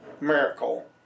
miracle